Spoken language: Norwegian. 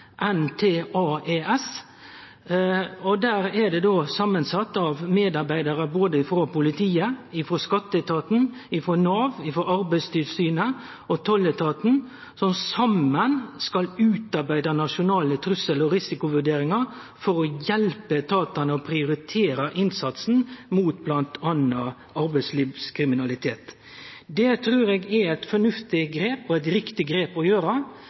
tolletaten. Saman skal desse utarbeide nasjonale trussel- og risikovurderingar for å hjelpe etatane til å prioritere innsatsen mot m.a. arbeidslivskriminalitet. Det trur eg er eit fornuftig grep, og eit riktig grep å